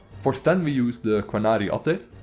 for sten we use the quanari update.